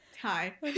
Hi